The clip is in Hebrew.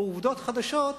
או עובדות חדשות,